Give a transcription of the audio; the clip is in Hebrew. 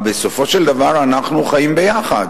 בסופו של דבר אנחנו חיים ביחד: